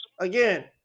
Again